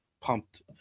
pumped